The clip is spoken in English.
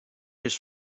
his